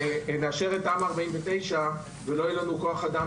אנחנו נאשר את תמ"א 49 ולא יהיו לנו כוח אדם